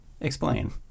Explain